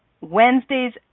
Wednesdays